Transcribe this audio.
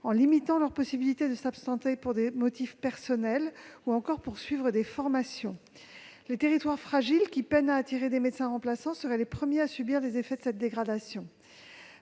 en limitant leurs possibilités de s'absenter pour motifs personnels ou pour suivre des formations. Les territoires fragiles, qui peinent à attirer des médecins remplaçants, seraient les premiers à subir les effets de cette dégradation.